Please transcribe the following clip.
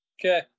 Okay